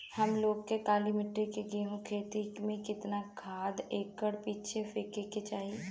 हम लोग के काली मिट्टी में गेहूँ के खेती में कितना खाद एकड़ पीछे फेके के चाही?